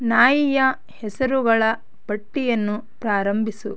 ನಾಯಿಯ ಹೆಸರುಗಳ ಪಟ್ಟಿಯನ್ನು ಪ್ರಾರಂಭಿಸು